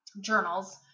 journals